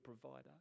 provider